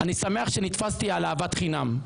אני שמח שנתפסתי על אהבת חינם.